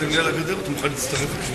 אדוני היושב-ראש, תודה.